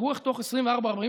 תראו איך תוך 24 שעות,